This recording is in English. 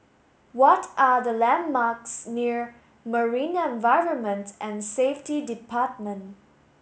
what are the landmarks near Marine Environment and Safety Department